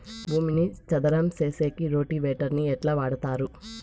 భూమిని చదరం సేసేకి రోటివేటర్ ని ఎట్లా వాడుతారు?